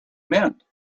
meant